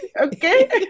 okay